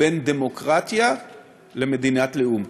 בין דמוקרטיה למדינת לאום,